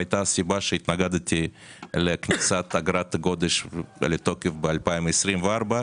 הייתה הסיבה שהתנגדתי לכניסת אגרת גודש לתוקף ב-2024,